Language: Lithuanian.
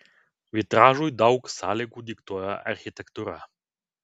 vitražui daug sąlygų diktuoja architektūra